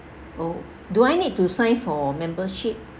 oh do I need to sign for membership